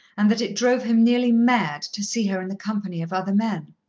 and that it drove him nearly mad to see her in the company of other men.